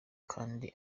kandi